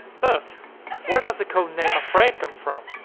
but where does the codename afraid come from?